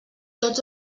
tots